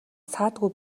саадгүй